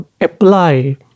apply